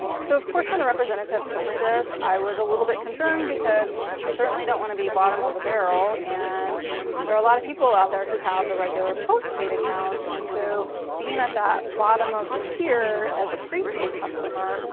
so, of course when the representative told me this, i was a little bit concerned because i certainly don't wanna be bottom of the barrel, and there are a lot of people out there who have the regular post-paid accounts, and so being at the bottom of the tier as a prepaid customer,